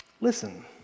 Listen